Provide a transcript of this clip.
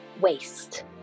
waste